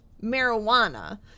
marijuana